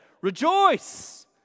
Rejoice